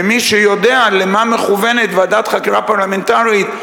ומי שיודע למה מכוונת ועדת חקירה פרלמנטרית,